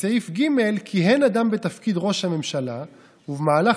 בסעיף ג': כיהן אדם בתפקיד ראש הממשלה ובמהלך